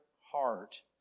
heart